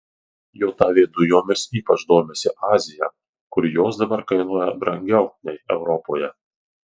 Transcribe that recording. jav dujomis ypač domisi azija kur jos dabar kainuoja brangiau nei europoje